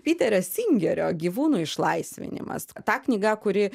piterio singerio gyvūnų išlaisvinimas ta knyga kuri